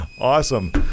awesome